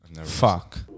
Fuck